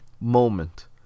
moment